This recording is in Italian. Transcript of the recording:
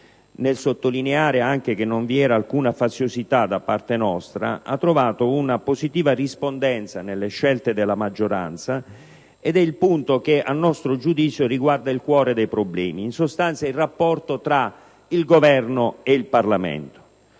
a sottolineare anche che non vi era alcuna faziosità da parte nostra, una positiva rispondenza nelle scelte della maggioranza ed è il punto che a nostro giudizio riguarda il cuore dei problemi: in sostanza, il rapporto tra il Governo e il Parlamento.